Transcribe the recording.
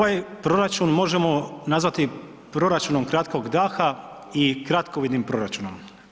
Ovaj proračun možemo nazvati proračunom kratkog daha i kratkovidnim proračunom.